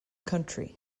country